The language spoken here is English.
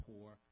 poor